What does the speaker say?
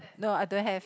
no I don't have